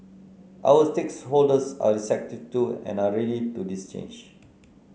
our stakeholders are receptive to and are ready for this change